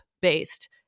based